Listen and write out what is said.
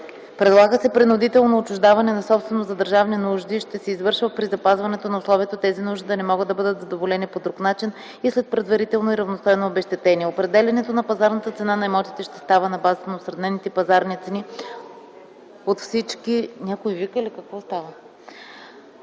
Предлага се принудително отчуждаване на собственост за държавни нужди ще се извършва при запазване на условието тези нужди да не могат да бъдат задоволени по друг начин и след предварително и равностойно обезщетение. Определянето на пазарната цена на имотите ще става на базата на осреднените пазарни цени от всички вписани възмездни